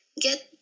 get